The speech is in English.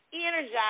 Energize